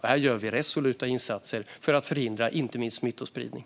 Vi gör resoluta insatser för att förhindra smittspridning.